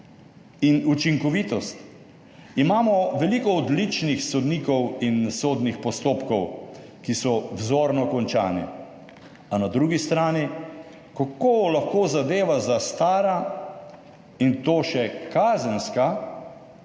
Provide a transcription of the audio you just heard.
In učinkovitost. Imamo veliko odličnih sodnikov in sodnih postopkov, ki so vzorno končani, a na drugi strani, kako lahko zadeva zastara, in to še kazenska,